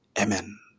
Amen